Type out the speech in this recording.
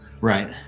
Right